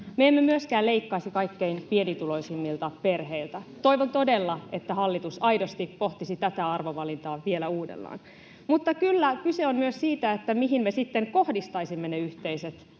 Me emme myöskään leikkaisi kaikkein pienituloisimmilta perheiltä. [Juho Eerolan välihuuto] Toivon todella, että hallitus aidosti pohtisi tätä arvovalintaa vielä uudelleen. Mutta kyllä, kyse on myös siitä, mihin me sitten kohdistaisimme ne yhteiset